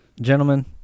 gentlemen